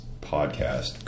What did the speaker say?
podcast